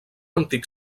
antic